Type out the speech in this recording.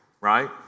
right